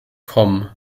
com